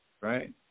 Right